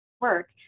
work